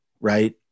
Right